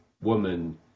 woman